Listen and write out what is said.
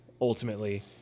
ultimately